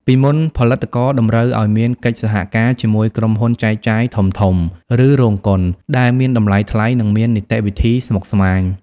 ពីមុន ផលិតករតម្រូវឱ្យមានកិច្ចសហការជាមួយក្រុមហ៊ុនចែកចាយធំៗ ឬរោងកុន ដែលមានតម្លៃថ្លៃ និងមាននីតិវិធីស្មុគស្មាញ។